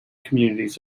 communities